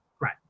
Right